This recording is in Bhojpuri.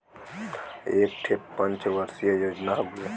एक ठे पंच वर्षीय योजना हउवे